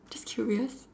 curious